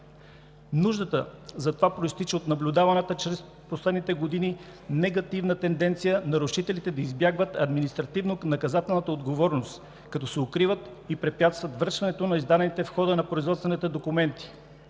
Нуждата за това произтича от наблюдаваната през последните години негативна тенденция нарушителите да избягват административнонаказателната отговорност, като се укриват и препятстват връчването на издадените в хода на производствата документи.